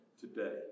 today